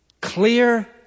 clear